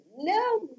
no